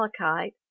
malachite